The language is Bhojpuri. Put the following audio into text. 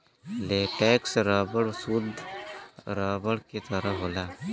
लेटेक्स रबर सुद्ध रबर के तरह होला